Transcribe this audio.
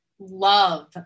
love